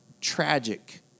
Tragic